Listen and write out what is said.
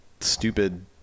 stupid